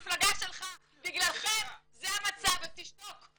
בגללכם זה המצב, ותשתוק.